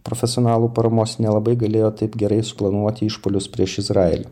profesionalų paramos nelabai galėjo taip gerai suplanuoti išpuolius prieš izraelį